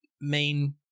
main